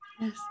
yes